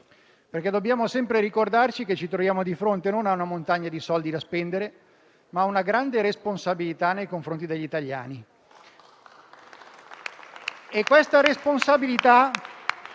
perché dobbiamo sempre ricordarci che ci troviamo di fronte non a una montagna di soldi da spendere, ma a una grande responsabilità nei confronti degli italiani.